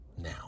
now